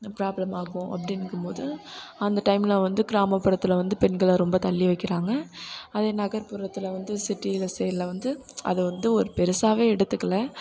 problem ஆகும் அப்படிங்கும் போது அந்த டைமில் வந்து கிராமப்புறத்தில் வந்து பெண்களை ரொம்ப தள்ளி வைக்குறாங்க அதே நகர்புறத்தில் வந்து சிட்டி சைடில் வந்து அதை வந்து ஒரு பெருசாகவே எடுத்துக்கலை